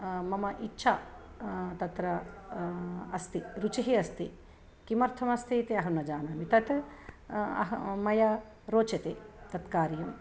मम इच्छा तत्र अस्ति रुचिः अस्ति किमर्थमस्ति इति अहं न जानामि तत् अहं मया रोचते तत् कार्यं